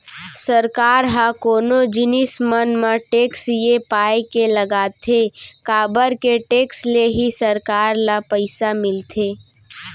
सरकार ह कोनो जिनिस मन म टेक्स ये पाय के लगाथे काबर के टेक्स ले ही सरकार ल पइसा मिलथे